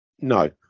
No